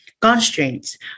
constraints